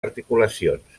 articulacions